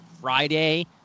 friday